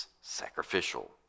sacrificial